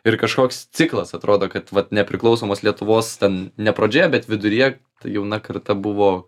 ir kažkoks ciklas atrodo kad vat nepriklausomos lietuvos ten ne pradžioje bet viduryje jauna karta buvo